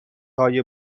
های